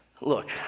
Look